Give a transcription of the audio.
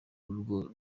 urwo